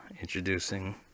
introducing